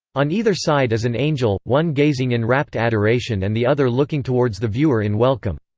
on either side is an angel, one gazing in rapt adoration and the other looking towards the viewer in welcome.